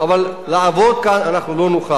אבל לעבוד כאן אנחנו לא נוכל.